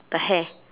the hair